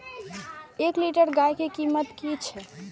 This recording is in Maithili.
एक लीटर गाय के कीमत कि छै?